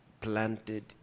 planted